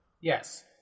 Yes